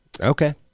Okay